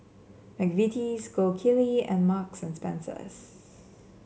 McVitie's Gold Kili and Marks and Spencer